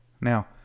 Now